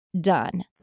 done